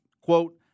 Quote